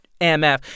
MF